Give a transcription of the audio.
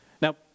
Now